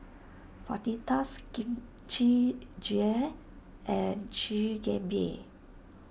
Fajitas Kimchi Jjigae and Chigenabe